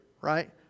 right